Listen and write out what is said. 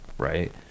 right